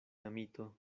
amito